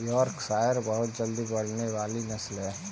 Yorkshire बहुत जल्दी बढ़ने वाली नस्ल है